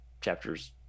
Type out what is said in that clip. chapters